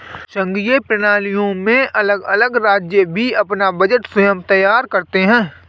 संघीय प्रणालियों में अलग अलग राज्य भी अपना बजट स्वयं तैयार करते हैं